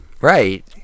Right